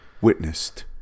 witnessed